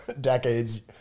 decades